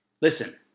Listen